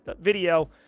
video